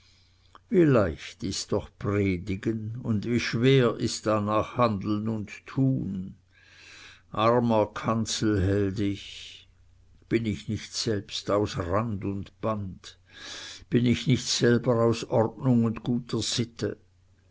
wie leicht ist doch predigen und wie schwer ist danach handeln und tun armer kanzelheld ich bin ich nicht selbst aus rand und band bin ich nicht selber aus ordnung und guter sitte